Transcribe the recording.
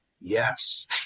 Yes